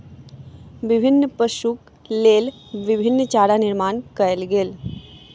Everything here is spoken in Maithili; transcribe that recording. विभिन्न पशुक लेल विभिन्न चारा निर्माण कयल गेल